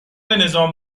نظام